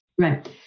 Right